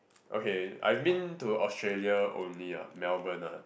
okay I've been to Australia only ah Melbourne ah